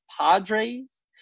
Padres